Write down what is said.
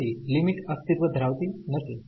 તેથી લિમિટ અસ્તિત્વ ધરાવતી નથી